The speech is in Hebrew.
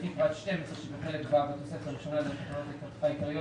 לפי פרט 12 שבחלק ו' בתוספת הראשונה לתקנות העיקריות,